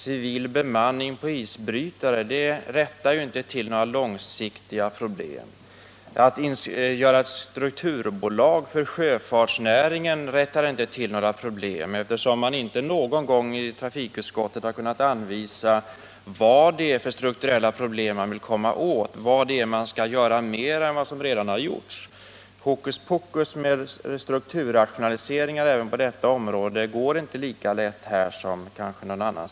Civil bemanning på isbrytare är inte en lösning på några långsiktiga problem. Inte heller att bilda strukturbolag för sjöfartsnäringen löser några problem, eftersom man inte någon gång i trafikutskottet har kunnat redovisa vad det är för strukturella problem man vill komma åt och vad man skall göra utöver vad som redan har gjorts. Hokus pokus med strukturrationaliseringar även på detta område går inte lika lätt som kanske på något annat.